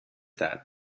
that